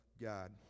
God